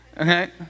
Okay